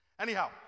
Anyhow